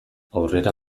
aurrera